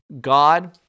God